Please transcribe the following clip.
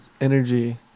energy